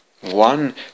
One